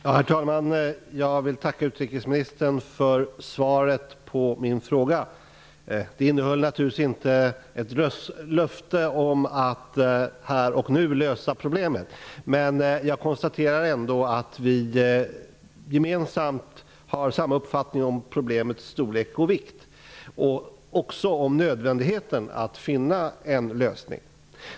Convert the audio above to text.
Herr talman! Jag vill tacka utrikesministern för svaret på min fråga. Det innehöll naturligtvis inget löfte om att här och nu lösa problemet. Men jag konstaterar ändå att vi har samma uppfattning om problemets storlek och vikt samt nödvändigheten att finna en lösning.